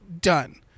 done